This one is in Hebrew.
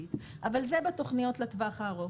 ולהשבית אבל זה בתוכניות לטווח הארוך.